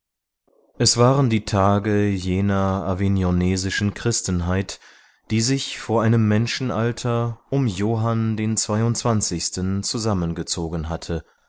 es waren die tage jener avignonesischen christenheit die sich vor einem menschenalter um johann den zweiundzwanzigsten zusammengezogen hatte